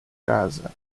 casa